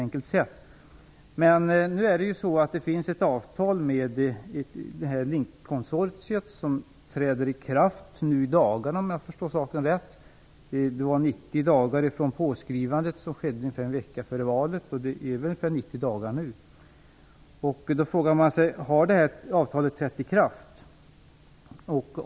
Nu finns det ett avtal med Link-konsortiet som träder i kraft nu i dagarna, såvitt jag förstår. Det rörde sig om 90 dagar efter påskrivandet, vilket skedde ungefär en vecka före valet. Nu har det väl gått 90 dagar. Då frågar man sig: Har avtalet trätt i kraft?